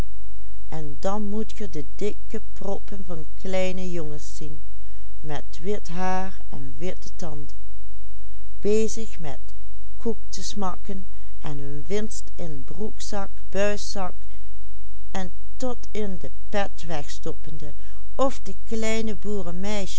en witte tanden bezig met koek te smakken en hun winst in broekzak buiszak en tot in de pet wegstoppende